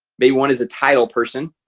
maybe one is a title person.